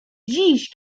dziś